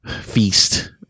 feast